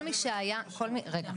אתם